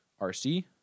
RC